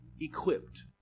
equipped